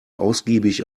ausgiebig